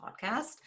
Podcast